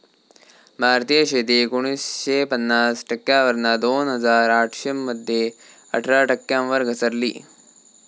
भारतीय शेती एकोणीसशे पन्नास टक्क्यांवरना दोन हजार आठ मध्ये अठरा टक्क्यांवर घसरली